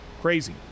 Crazy